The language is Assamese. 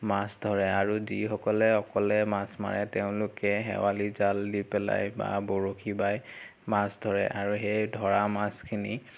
মাছ ধৰে আৰু যিসকলে অকলে মাছ মাৰে তেওঁলোকে খেৱালি জাল দি পেলাই বা বৰশী বায় মাছ ধৰে আৰু সেই ধৰা মাছখিনি